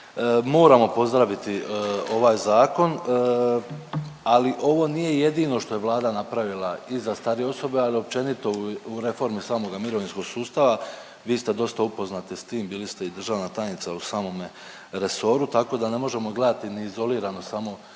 Moramo pozdraviti ovaj zakon, ali ovo nije jedino što je Vlada napravila i za starije osobe, ali i općenito u reformi samoga mirovinskog sustava. Vi ste dosta upoznati s tim, bili ste i državna tajnica u samome resoru, tako da ne možemo gledati ni izolirano samo.